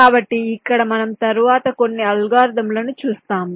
కాబట్టి ఇక్కడ మనం తరువాత కొన్ని అల్గారిథమ్లను చూస్తాము